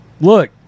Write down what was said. look